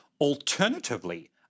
Alternatively